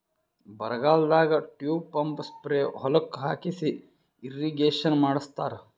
ಬರಗಾಲದಾಗ tube pump spray ಹೊಲಕ್ಕ್ ಹಾಕಿಸಿ ಇರ್ರೀಗೇಷನ್ ಮಾಡ್ಸತ್ತರ